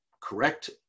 correct